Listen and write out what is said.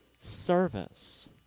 Service